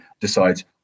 decides